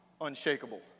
unshakable